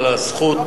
על זכות ההפגנה.